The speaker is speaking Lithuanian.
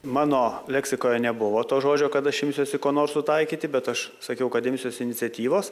mano leksikoje nebuvo to žodžio kad aš imsiuosi ko nors sutaikyti bet aš sakiau kad imsiuosi iniciatyvos